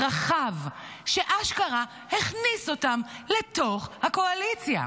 רחב, שאשכרה הכניס אותם לתוך הקואליציה.